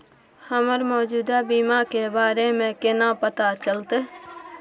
हमरा मौजूदा बीमा के बारे में केना पता चलते?